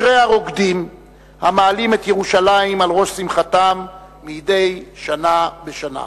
אשרי הרוקדים המעלים את ירושלים על ראש שמחתם מדי שנה בשנה,